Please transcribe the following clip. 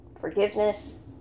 forgiveness